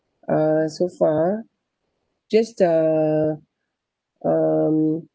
so far just uh um